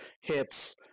hits